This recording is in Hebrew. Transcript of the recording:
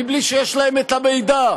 מבלי שיש להם את המידע.